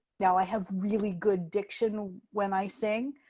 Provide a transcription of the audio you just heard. now, i have really good diction when i sing,